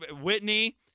Whitney